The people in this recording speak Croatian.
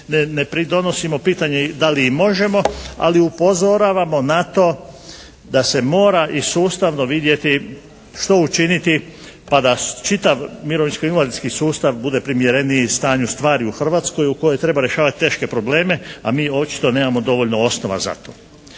ne pridonosimo. Pitanje je i da li možemo. Ali upozoravamo na to da se mora i sustavno vidjeti što učiniti pa da čitav mirovinsko-invalidski sustav bude primjereniji stanju stvari u Hrvatskoj u kojoj treba rješavati teške probleme, a mi očito nemamo dovoljno osnova za to.